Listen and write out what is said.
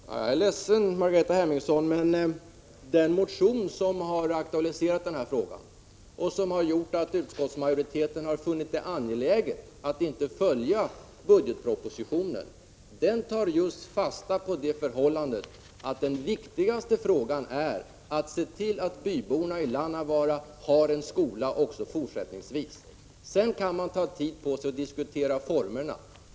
Herr talman! Jag är ledsen, Margareta Hemmingsson, men den motion som har aktualiserat den här frågan och som har gjort att utskottsmajoriteten har funnit det angeläget att inte följa budgetpropositionen tar fasta på just det förhållandet att den viktigaste frågan är att se till att byborna i Lannavaara också fortsättningsvis har en skola. Sedan kan man ta tid på sig att diskutera formerna.